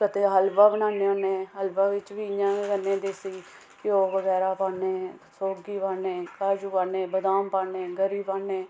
कदें हल्वा बनान्ने होन्ने हल्वा बिच बी इ'यां गै करनें देसी घ्यो बगैरा पान्ने काजू पान्ने बदाम पान्ने गरी पान्ने